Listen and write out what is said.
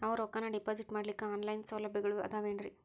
ನಾವು ರೊಕ್ಕನಾ ಡಿಪಾಜಿಟ್ ಮಾಡ್ಲಿಕ್ಕ ಆನ್ ಲೈನ್ ಸೌಲಭ್ಯಗಳು ಆದಾವೇನ್ರಿ?